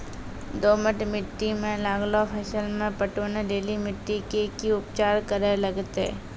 दोमट मिट्टी मे लागलो फसल मे पटवन लेली मिट्टी के की उपचार करे लगते?